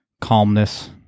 calmness